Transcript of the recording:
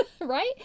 right